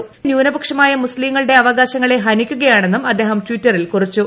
China ന്യൂനപക്ഷമായ മുസ്ത്രീങ്ങളുടെ അവകാശങ്ങളെ ഹനിക്കുകയാണെന്നും അദ്ദേഹം ടിറ്ററിൽ കുറിച്ചു